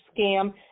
scam